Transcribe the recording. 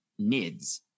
NIDS